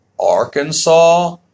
Arkansas